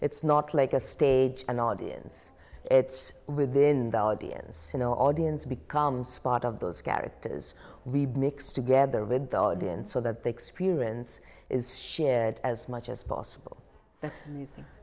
it's not like a stage and audience it's within the audience you know audience becomes part of those characters we mix together with the audience so that they experience is shared as much as possible and the